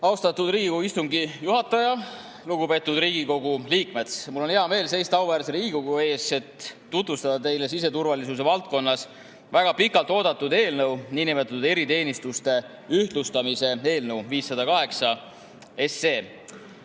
Austatud Riigikogu istungi juhataja! Lugupeetud Riigikogu liikmed! Mul on hea meel seista auväärse Riigikogu ees, et tutvustada teile siseturvalisuse valdkonnas väga pikalt oodatud eelnõu, niinimetatud eriteenistuste ühtlustamise eelnõu 508.